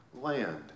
land